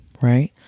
right